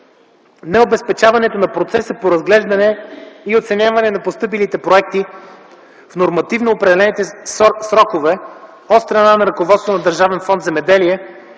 Необезпечаването на процеса по разглеждане и оценяване на постъпилите проекти в нормативно определените срокове, от страна на ръководството на Държавен фонд „Земеделие”